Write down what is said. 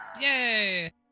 Yay